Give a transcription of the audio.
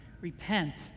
Repent